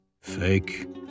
Fake